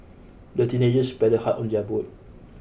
the teenagers paddled hard on their boat